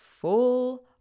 full